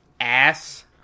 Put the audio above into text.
Ass